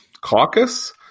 caucus